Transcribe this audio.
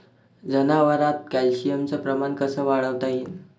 जनावरात कॅल्शियमचं प्रमान कस वाढवता येईन?